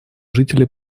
жители